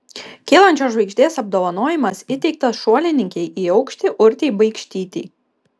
kylančios žvaigždės apdovanojimas įteiktas šuolininkei į aukštį urtei baikštytei